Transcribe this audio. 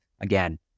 Again